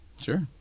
sure